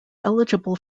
eligible